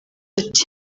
ati